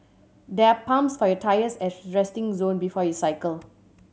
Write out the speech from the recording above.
there are pumps for your tyres at the resting zone before you cycle